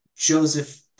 joseph